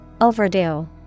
Overdue